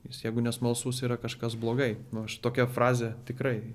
jis jeigu nesmalsus yra kažkas blogai nu aš tokia frazė tikrai